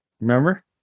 remember